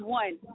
one